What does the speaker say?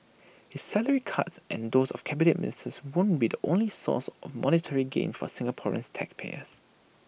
his salary cuts and those of Cabinet Ministers won't be the only sources of monetary gain for Singaporean taxpayers